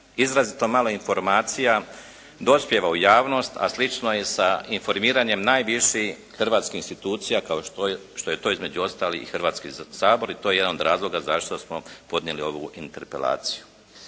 Izrazito malo informacija dospijeva u javnost, a slično je i sa informiranjem najviših hrvatskih institucija kao što je to između ostalih i Hrvatski sabor i to je jedan od razloga zašto smo podnijeli ovu interpelaciju.